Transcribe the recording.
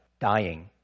dying